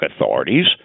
authorities